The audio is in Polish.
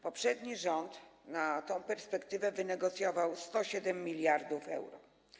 Poprzedni rząd na tę perspektywę wynegocjował 107 mld euro.